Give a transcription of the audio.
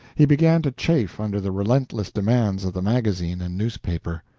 he began to chafe under the relentless demands of the magazine and newspaper.